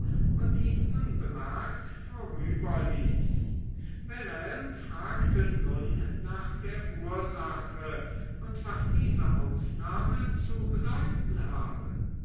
und ihn unbemerkt vorüberließ wilhelm fragte nun nach der ursache und was diese ausnahme zu bedeuten habe